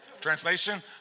Translation